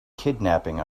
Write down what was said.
kidnapping